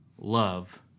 love